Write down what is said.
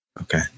Okay